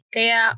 Kaya